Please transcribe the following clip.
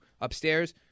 upstairs